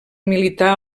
militar